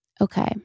Okay